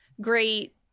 great